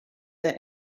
the